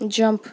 jump